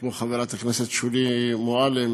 כמו חברת הכנסת שולי מועלם,